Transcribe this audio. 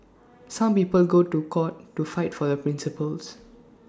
some people go to court to fight for their principles